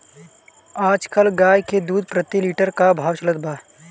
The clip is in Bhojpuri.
आज कल गाय के दूध प्रति लीटर का भाव चलत बा?